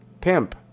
Pimp